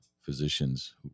physicians